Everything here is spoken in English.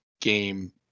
game